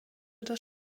das